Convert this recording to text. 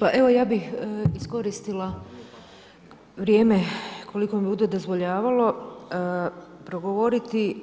Pa evo ja bih iskoristila vrijeme koliko mi bude dozvoljavalo progovoriti